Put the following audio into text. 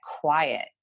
quiet